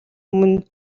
өмнө